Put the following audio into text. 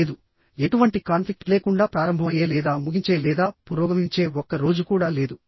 లేదు ఎటువంటి కాన్ఫ్లిక్ట్ లేకుండా ప్రారంభమయ్యే లేదా ముగించే లేదా పురోగమించే ఒక్క రోజు కూడా లేదు